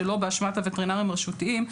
שלא באשמת הווטרינרים הרשותיים,